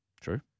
True